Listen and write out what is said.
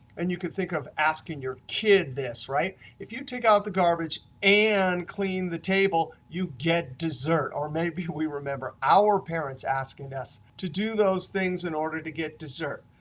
and you could think of asking your kid this. if you take out the garbage and clean the table you get dessert, or maybe we remember our parents asking us to do those things in order to get dessert.